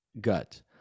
gut